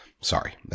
Sorry